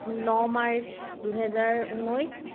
ন March দুহেজাৰ ঊনৈছ